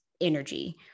energy